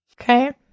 Okay